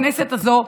בכנסת הזו,